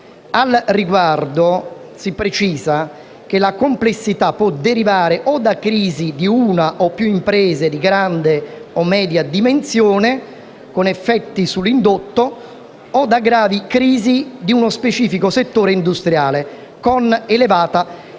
Al riguardo si precisa che la complessità può derivare o da crisi di una o più imprese di grande o media dimensione, con effetti sull'indotto, o da gravi crisi di uno specifico settore industriale, con elevata